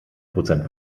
prozent